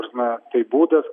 ta prasme tai būdas